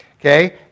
Okay